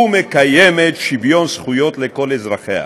ומקיימת שוויון זכויות לכל אזרחיה.